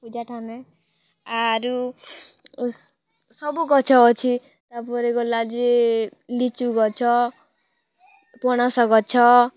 ପୂଜାଟା ଆମେ ଆରୁ ସବୁ ଗଛ ଅଛି ତା'ପରେ ଗଲା ଯେ ଲିଚୁ ଗଛ ପଣସ ଗଛ